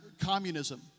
communism